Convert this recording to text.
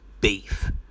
beef